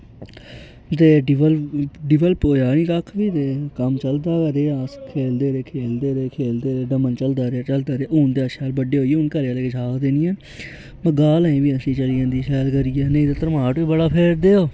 ते डवैलप होआ निं कक्ख निं ते कम्म चलदा गै रेहा खेलदे रेह खेलदे रेह डम्मन चलदा रेहा हुन ते अस बड्डे होईये ते घरे आह्लै किश आखदे निं ऐ हां वा गाल ते असैं गी चली गै जंदी पर तरमाड बी बड़ा फेरदे हे ओह्